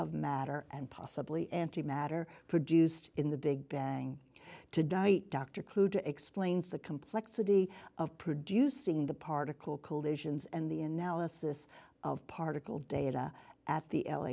of matter and possibly anti matter produced in the big bang to date dr crew to explains the complexity of producing the particle collisions and the analysis of particle data at the